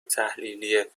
تحلیلی